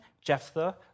Jephthah